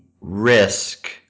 risk